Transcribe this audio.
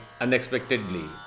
unexpectedly